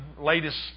latest